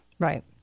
Right